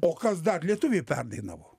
o kas dar lietuviai perdainavo